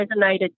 resonated